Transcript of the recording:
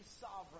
sovereign